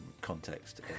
context